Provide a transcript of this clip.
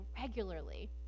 regularly